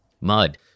mud